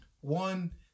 one